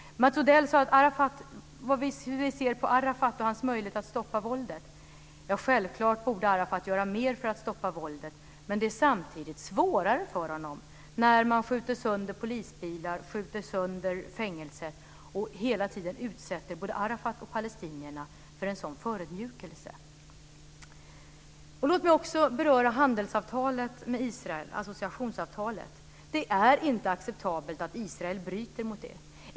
Mats Odell undrade hur vi ser på Arafat och hans möjligheter att stoppa våldet. Självklart borde Arafat göra mer för att stoppa våldet, men det är samtidigt svårare för honom när man skjuter sönder polisbilar, skjuter sönder fängelser och hela tiden utsätter både Arafat och palestinierna för en sådan förödmjukelse. Låt mig också beröra handelsavtalet med Israel, associationsavtalet. Det är inte acceptabelt att Israel bryter mot det.